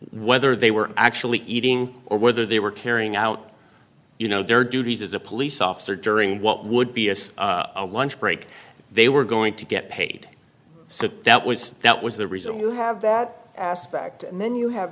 whether they were actually eating or whether they were carrying out you know their duties as a police officer during what would be as a lunch break they were going to get paid so that was that was the reason you have that aspect and then you have